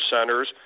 centers